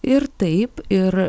ir taip ir